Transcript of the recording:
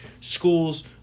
Schools